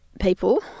people